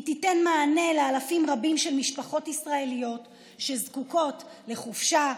היא תיתן מענה לאלפים רבים של משפחות ישראליות שזקוקות לחופשה,